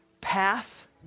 path